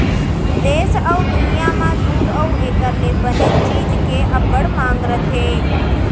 देस अउ दुनियॉं म दूद अउ एकर ले बने चीज के अब्बड़ मांग रथे